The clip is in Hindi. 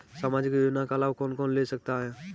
सामाजिक योजना का लाभ कौन कौन ले सकता है?